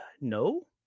no